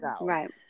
Right